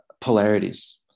polarities